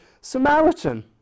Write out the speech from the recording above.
Samaritan